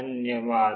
धन्यवाद